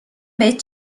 بهت